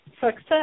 success